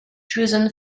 chosen